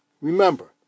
remember